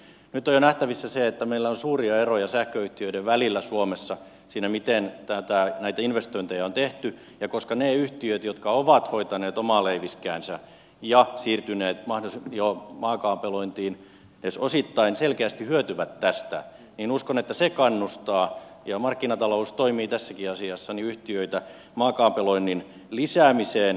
nyt on jo nähtävissä se että meillä on suuria eroja sähköyhtiöiden välillä suomessa siinä miten näitä investointeja on tehty ja koska ne yhtiöt jotka ovat hoitaneet omaa leiviskäänsä ja siirtyneet maakaapelointiin edes osittain selkeästi hyötyvät tästä niin uskon että se kannustaa ja markkinatalous toimii tässäkin asiassa yhtiöitä maakaapeloinnin lisäämiseen